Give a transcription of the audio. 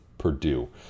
Purdue